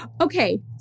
okay